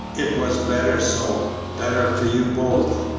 it was better so better for you both,